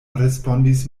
respondis